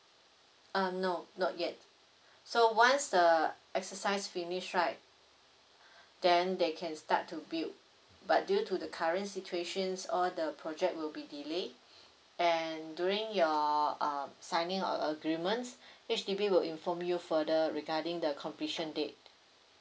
uh no not yet so once the exercise finish right then they can start to build but due to the current situations all the project will be delayed and during your uh signing of agreements H_D_B will inform you further regarding the completion date